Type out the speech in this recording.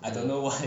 mm